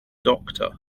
doctor